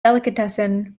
delicatessen